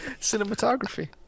cinematography